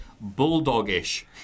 bulldog-ish